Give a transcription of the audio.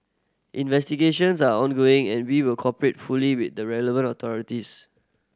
investigations are ongoing and we will cooperate fully with the relevant authorities